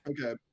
Okay